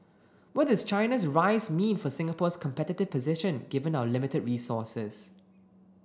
what does China's rise mean for Singapore's competitive position given our limited resources